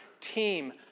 team